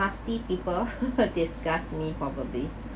nasty people disgusts me probably